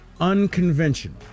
unconventional